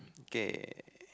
okay